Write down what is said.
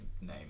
name